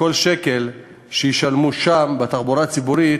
וכל שקל שישלמו שם בתחבורה הציבורית